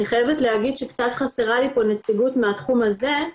אני חייבת להגיד שקצת חסרה לי פה נציגות מהתחום הזה.